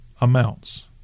amounts